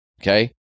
okay